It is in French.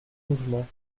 mouvement